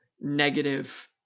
negative –